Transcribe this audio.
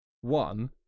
One